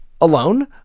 alone